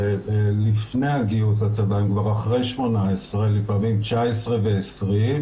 לפני הגיוס לצבא, אבל הן אחרי 18, לפעמים 19 ו20.